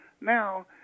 Now